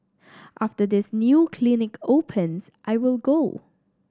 after this new clinic opens I will go